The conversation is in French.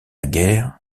guerre